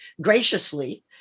graciously